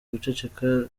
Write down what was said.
guceceka